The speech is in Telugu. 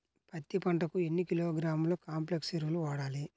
పత్తి పంటకు ఎన్ని కిలోగ్రాముల కాంప్లెక్స్ ఎరువులు వాడాలి?